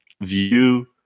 view